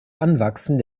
anwachsen